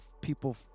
people